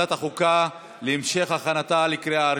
לוועדת החוקה, חוק ומשפט נתקבלה.